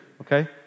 Okay